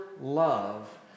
love